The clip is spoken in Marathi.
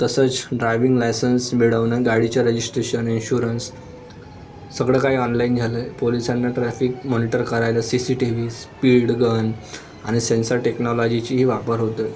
तसंच ड्रायविंग लायसन्स मिळवनं गाडीचं रजिस्ट्रेशन इन्श्युरन्स सगळं काही ऑनलाईन झालं आहे पोलिसांना ट्रॅफिक मॉनिटर करायला C C T V speed gun आणि सेन्सर टेक्नॉलॉजीचीही वापर होतो आहे